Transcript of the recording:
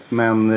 men